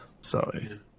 Sorry